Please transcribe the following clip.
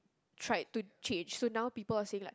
tried to change so now people are saying like